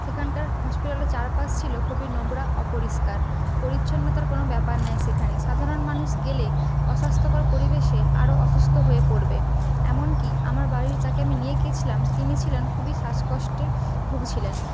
সেখানকার হসপিটালে চারপাশ ছিল খুবই নোংরা অপরিষ্কার পরিচ্ছন্নতার কোনও ব্যাপার নেই সেখানে সাধারণ মানুষ গেলে অস্বাস্থ্যকর পরিবেশে আরও অসুস্থ হয়ে পড়বে এমনকি আমার বাড়ির যাকে আমি নিয়ে গিয়েছিলাম তিনি ছিলেন খুবই শ্বাসকষ্টে ভুগছিলেন